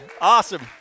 Awesome